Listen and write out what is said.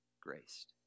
graced